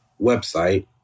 website